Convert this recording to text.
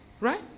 right